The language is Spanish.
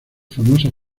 famosas